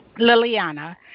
Liliana